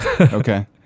okay